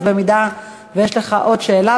אז אם יש לך עוד שאלה,